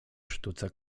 sztuce